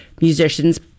musicians